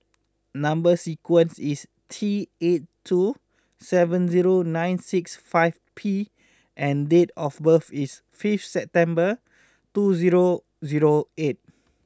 number sequence is T eight two seven zero nine six five P and date of birth is fifth September two zero zero eight